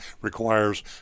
requires